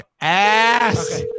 ass